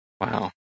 Wow